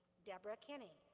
deborah kenny,